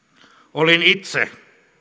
olin itse